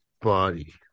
body